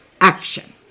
action